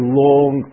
long